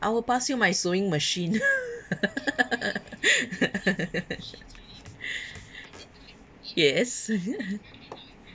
I will pass you my sewing machine yes